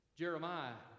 jeremiah